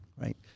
right